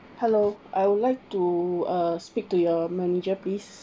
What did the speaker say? hello I would like to uh speak to your manager please